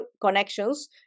connections